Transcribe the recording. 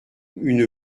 une